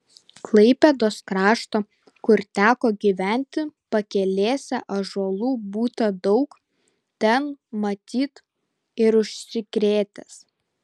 klaipėdos krašto kur teko gyventi pakelėse ąžuolų būta daug ten matyt ir užsikrėtęs